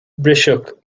briseadh